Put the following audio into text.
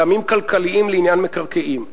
טעמים כלכליים לעניין מקרקעין,